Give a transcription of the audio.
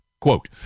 Quote